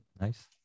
Nice